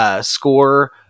score